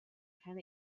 can